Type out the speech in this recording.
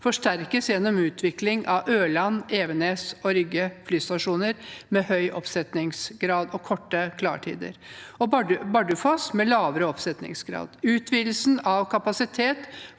forsterkes gjennom utvikling av Ørland, Evenes og Rygge flystasjoner med høy oppsetningsgrad og korte klartider, og Bardufoss med lavere oppsetningsgrad. Utvidelsen av kapasitet